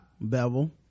bevel